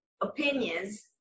opinions